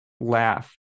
laugh